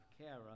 Kara